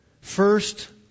First